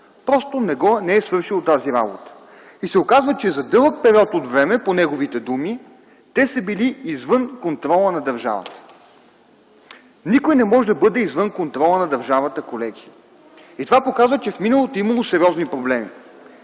Просто не е свършила тази работа. И се оказва, че за дълъг период от време, по неговите думи, те са били извън контрола на държавата. Никой не може да бъде извън контрола на държавата, колеги! Това показва, че в миналото е имало сериозни проблеми.